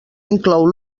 inclou